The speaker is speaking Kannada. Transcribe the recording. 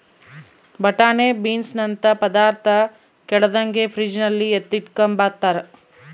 ಬಟಾಣೆ ಬೀನ್ಸನಂತ ಪದಾರ್ಥ ಕೆಡದಂಗೆ ಫ್ರಿಡ್ಜಲ್ಲಿ ಎತ್ತಿಟ್ಕಂಬ್ತಾರ